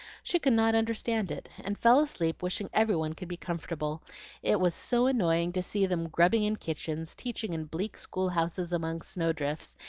she could not understand it, and fell asleep wishing every one could be comfortable it was so annoying to see them grubbing in kitchens, teaching in bleak school-houses among snow-drifts,